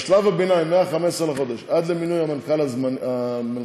בשלב הביניים, מ-15 בחודש עד למינוי המנכ"ל הזמני,